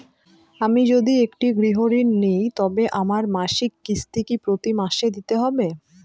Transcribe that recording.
আমি যদি একটি গৃহঋণ নিই তবে আমার মাসিক কিস্তি কি প্রতি মাসে দিতে হবে?